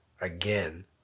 again